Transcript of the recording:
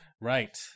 right